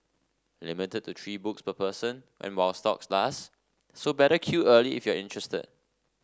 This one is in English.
limited to three books per person and while stocks last so better queue early if you're interested